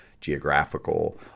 geographical